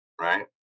right